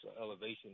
elevation